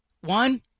One